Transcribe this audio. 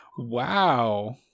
Wow